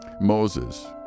Moses